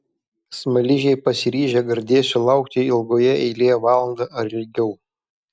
smaližiai pasiryžę gardėsio laukti ilgoje eilėje valandą ar ilgiau